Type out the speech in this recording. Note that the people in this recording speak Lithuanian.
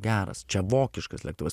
geras čia vokiškas lėktuvas